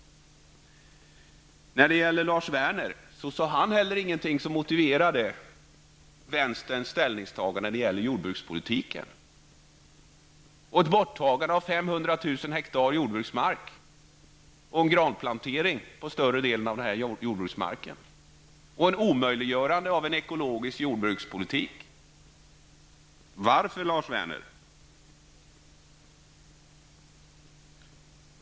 Lars Werner sade ingenting som motiverade vänsterns ställningstagande i fråga om jordbrukspolitiken, i fråga om ett borttagande av 500 000 hektar jordbruksmark och plantering av gran på större delen av den marken och i fråga om ett omöjliggörande av en ekologisk jordbrukspolitik. Varför, Lars Werner?